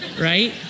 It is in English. Right